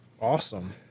Awesome